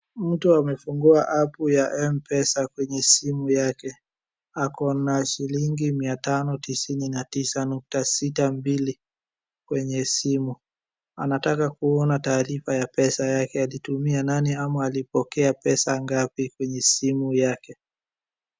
mtu amefungua app ya mpesa kwenye simu yake akona shillingi mia tano tisini na tisa nukta sita mbili kwenye simu anataka kuona taarifa ya pesa yake alitumia nani ama alipokea pesa ngapi kwenye simu yake